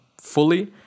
fully